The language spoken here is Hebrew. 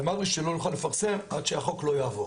ונאמר לי שלא נוכל לפרסם עד שהחוק לא יעבור.